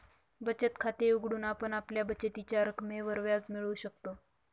बचत खाते उघडून आपण आपल्या बचतीच्या रकमेवर व्याज मिळवू शकतो